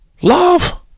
Love